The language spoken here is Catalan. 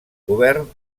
govern